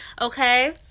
okay